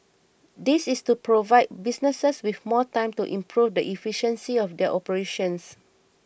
this is to provide businesses with more time to improve the efficiency of their operations